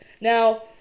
Now